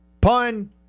Pun